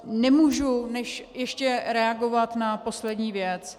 Nemůžu než ještě reagovat na poslední věc.